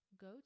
go